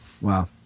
Wow